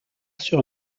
sur